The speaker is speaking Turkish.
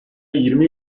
yirmi